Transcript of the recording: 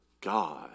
God